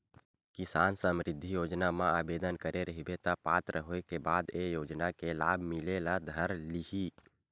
किसान समरिद्धि योजना म आबेदन करे रहिबे त पात्र होए के बाद ए योजना के लाभ मिले ल धर लिही